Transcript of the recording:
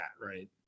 right